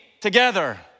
together